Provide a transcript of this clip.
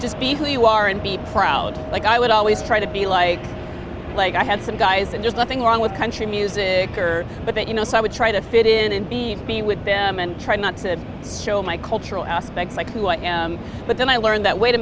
just be who you are and be proud like i would always try to be like like i had some guys and just nothing wrong with country music or but you know so i would try to fit in and be be with them and try not to show my cultural aspects like who i am but then i learned that wait a